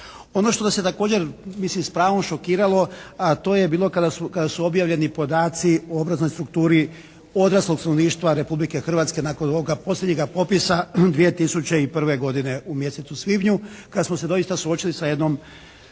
Ono što nas je također mislim s pravom šokiralo, a to je bilo kada su objavljeni podaci o obrazovnoj strukturi odraslog stanovništva Republike Hrvatske nakon ovoga posljednjega popisa 2001. godine u mjesecu svibnju kada smo se doista suočili sa jednom